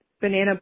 banana